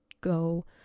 go